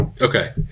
Okay